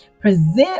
Present